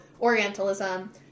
orientalism